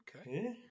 okay